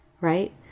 right